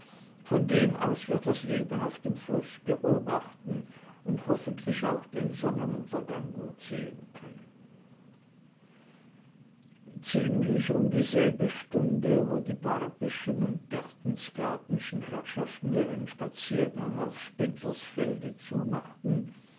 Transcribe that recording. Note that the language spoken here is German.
von dem aus wir das leben auf dem fluß beobachten und hoffentlich auch den sonnenuntergang gut sehen können ziemlich um dieselbe stunde wo die barbyschen und berchtesgadenschen herrschaften ihren spaziergang auf spindlersfelde